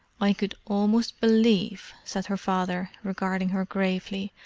i could almost believe, said her father, regarding her gravely,